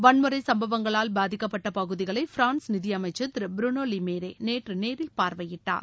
வன்முறை சம்பவங்களால் பாதிக்கப்பட்ட பகுதிகளை பிரான்ஸ் நிதியமைச்சர் திரு புருனோ லீ மேரே நேற்று நேரில் பார்வையிட்டார்